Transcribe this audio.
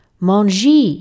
manger